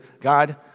God